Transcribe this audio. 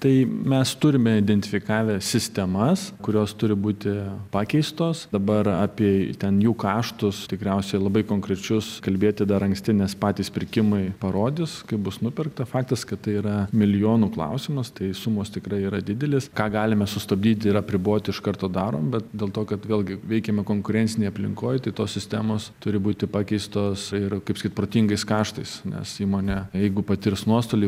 tai mes turime identifikavę sistemas kurios turi būti pakeistos dabar apie ten jų kaštus tikriausiai labai konkrečius kalbėti dar anksti nes patys pirkimai parodys kaip bus nupirkta faktas kad tai yra milijonų klausimas tai sumos tikrai yra didelis ką galime sustabdyti ir apriboti iš karto darom bet dėl to kad vėlgi veikiame konkurencinėj aplinkoj tai tos sistemos turi būti pakeistos ir kaip sakyt protingais kaštais nes įmonę jeigu patirs nuostolį